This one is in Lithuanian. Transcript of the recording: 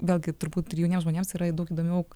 vėlgi turbūt ir jauniems žmonėms yra daug įdomiau